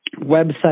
website